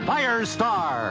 Firestar